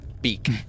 beak